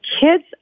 kids